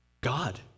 God